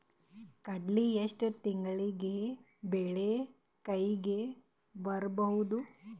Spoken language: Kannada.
ಕಡಲಿ ಎಷ್ಟು ತಿಂಗಳಿಗೆ ಬೆಳೆ ಕೈಗೆ ಬರಬಹುದು?